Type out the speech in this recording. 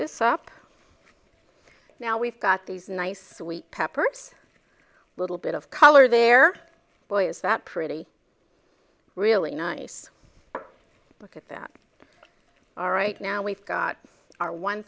this up now we've got these nice sweet peppers little bit of color there boy is that pretty really nice look at that all right now we've got our one